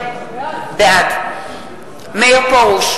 בעד מאיר פרוש,